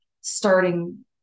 starting